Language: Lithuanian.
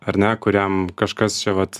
ar ne kuriam kažkas čia vat